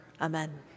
Amen